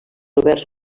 oberts